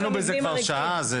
בבקשה.